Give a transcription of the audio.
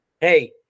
hey